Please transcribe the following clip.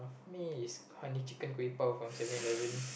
for me is honey chicken kueh bau from Seven Eleven